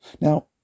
Now